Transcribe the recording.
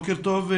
בוקר טוב.